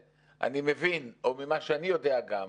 ממה שאני יודע,